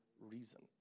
reason